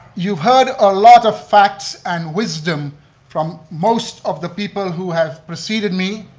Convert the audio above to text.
you've heard a lot of facts and wisdom from most of the people who have preceded me,